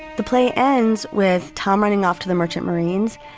the play ends with tom running off to the merchant marines.